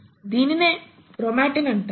దీనినే క్రోమాటిన్ అంటారు